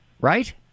right